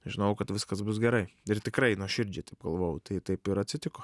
žinojau kad viskas bus gerai ir tikrai nuoširdžiai taip galvojau tai taip ir atsitiko